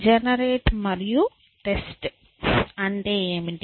generate మరియు test అంటే ఏమిటి